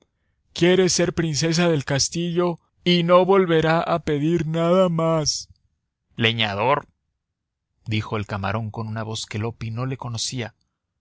quiere ser princesa del castillo y no volverá a pedir nada más leñador dijo el camarón con una voz que loppi no le conocía